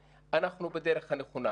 הפוליטיקאים, אנחנו בדרך הנכונה